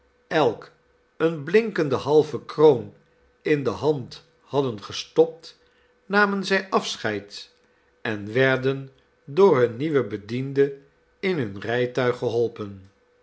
elk eene blinkende halve kroon in de hand hadden gestopt namen zij afscheid en werden door hun nieuwen bediende in hun rijtuig geholpen